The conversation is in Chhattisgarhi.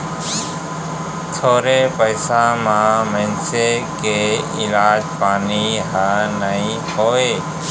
थोरे पइसा म मनसे के इलाज पानी ह नइ होवय